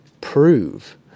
prove